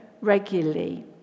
regularly